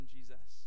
Jesus